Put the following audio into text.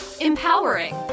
empowering